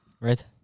right